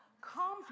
comes